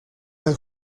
los